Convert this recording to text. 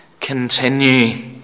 continue